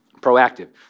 proactive